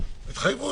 מבקרים,